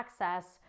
access